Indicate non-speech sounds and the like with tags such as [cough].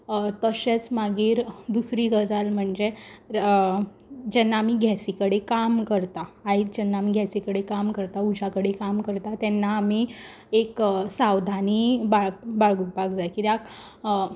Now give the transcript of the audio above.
तशेंच मागीर दुसरी गजाल म्हणजे जेन्ना आमी गॅसी कडेन काम करता [unintelligible] जेन्ना आमी गॅसी कडेन काम करता उज्या कडेन काम करता तेन्ना आमी एक सावधानी बाळगुपाक जाय कित्याक